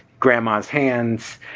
grandma's hands